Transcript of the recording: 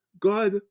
God